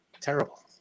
terrible